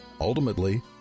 ultimately